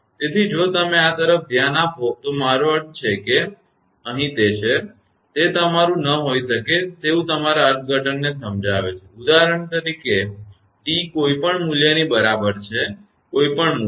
તેથી જો તમે આ તરફ ધ્યાન આપો તો મારો અર્થ કે જોકે અહીં તે છે તે તમારું ન હોઈ શકે તેવું તમારા અર્થઘટનને સમજાવે છે કે ઉદાહરણ તરીકે t કોઈ પણ મૂલ્યની બરાબર છે કોઈ પણ મૂલ્ય